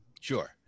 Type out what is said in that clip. Sure